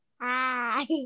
Hi